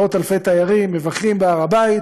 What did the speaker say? מאות-אלפי תיירים מבקרים בהר-הבית.